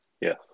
Yes